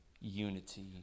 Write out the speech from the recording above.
unity